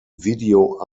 video